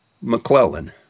McClellan